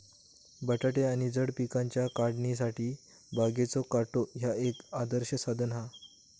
बटाटे आणि जड पिकांच्या काढणीसाठी बागेचो काटो ह्या एक आदर्श साधन हा